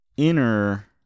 inner